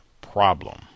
problem